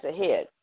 ahead